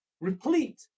replete